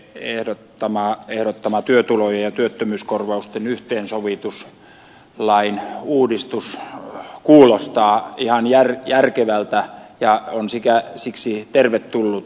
lapintien ehdottama työtulojen ja työttömyyskorvausten yhteensovituslain uudistus kuulostaa ihan järkevältä ja on siksi tervetullut